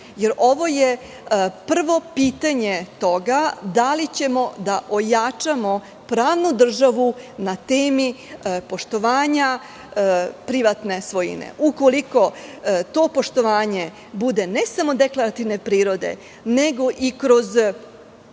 jer ovo je prvo pitanje toga da li ćemo da ojačamo pravnu državu na temi poštovanja privatne svojine. Ukoliko to poštovanje bude ne samo deklarativne prirode, nego i kroz